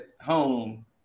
home